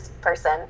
person